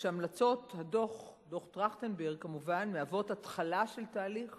שהמלצות דוח-טרכטנברג מהוות התחלה של תהליך